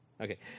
Okay